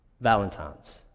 Valentines